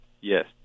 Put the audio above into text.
Yes